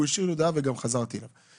הוא השאיר לי הודעה וגם חזרתי אליו.